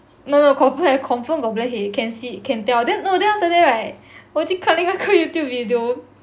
no no no confirm have confirm got blackhead can see can tell no then after that right 我去看另外一个 Youtube video